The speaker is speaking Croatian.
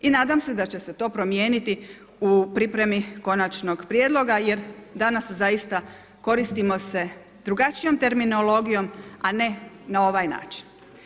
I nadam se da će se to promijeniti u pripremi konačnog prijedloga jer danas zaista koristimo se drugačijom terminologijom, a ne na ovaj način.